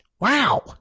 Wow